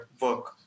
work